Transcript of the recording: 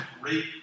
great